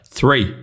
three